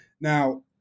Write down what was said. Now